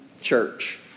Church